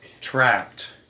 trapped